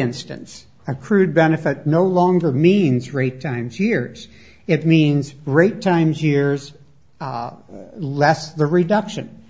instance accrued benefit no longer means rate times years it means great times years less the reduction